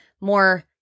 more